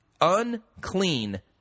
unclean